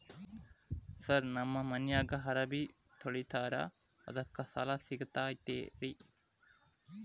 Sir ನಮ್ಮ ಮನ್ಯಾಗ ಅರಬಿ ತೊಳಿತಾರ ಅದಕ್ಕೆ ಸಾಲ ಸಿಗತೈತ ರಿ?